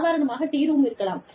சாதாரணமாக tea room இருக்கலாம்